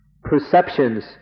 Perceptions